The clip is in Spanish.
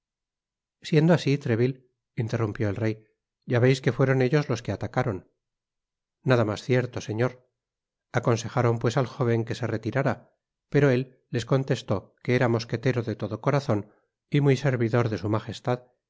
siendo asi treville interrumpió el rey ya veis que fueron eflos los que atacaron nada mas cierto señor oconsejaron pues al jóven que se retirara pero él les contestó que era mosquetero de todo corazon y muy servidor de su magestad